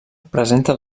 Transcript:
presenta